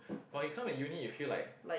but you come to uni you feel like